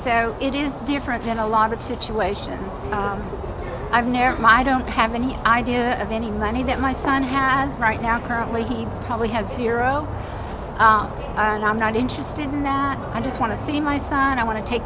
so it is different in a lot of situations i've near my i don't have any idea of any money that my son has right now currently he probably has zero and i'm not interested in that i just want to see my son i want to take